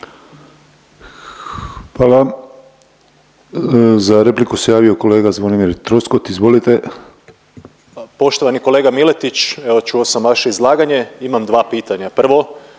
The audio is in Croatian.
vam. Za repliku se javio kolega Zvonimir Troskot. Izvolite. **Troskot, Zvonimir (MOST)** Poštovani kolega Miletić evo čuo sam vaše izlaganje, imam dva pitanja. Prvo,